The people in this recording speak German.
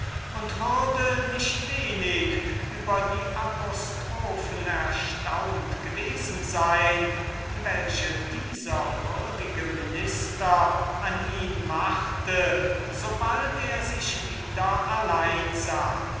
und würde nicht wenig über die apostrophen erstaunt gewesen sein welche dieser würdige minister an ihn machte so bald er sich wieder allein sah